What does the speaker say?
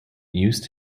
used